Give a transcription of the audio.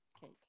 Kate